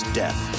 death